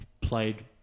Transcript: played